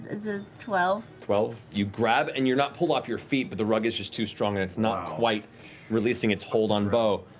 it's a twelve. matt twelve. you grab and you're not pulled off your feet, but the rug is is too strong and it's not quite releasing its hold on beau.